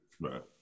Right